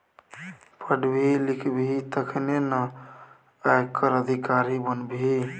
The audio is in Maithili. पढ़बिही लिखबिही तखने न आयकर अधिकारी बनबिही